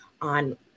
on